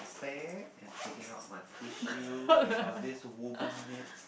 bag and taking out my tissue because this woman needs